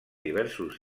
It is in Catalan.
diversos